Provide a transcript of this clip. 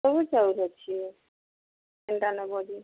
ସବୁ ଚାଉଲ୍ ଅଛି କେନ୍ତା ନେବ କେ